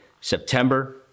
September